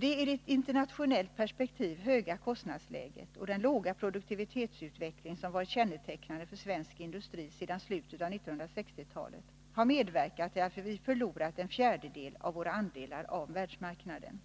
Det i ett internationellt perspektiv höga kostnadsläget och den låga produktivitetsutvecklingen, som varit kännetecknande för svensk industri sedan slutet av 1960-talet, har medverkat till att vi förlorat en fjärdedel av våra andelar av världsmarknaden.